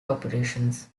operations